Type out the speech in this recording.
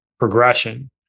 progression